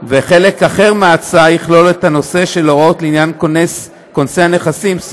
וחלק אחר מההצעה יכלול את הנושא של הוראות לעניין כונסי נכסים,